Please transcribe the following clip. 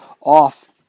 off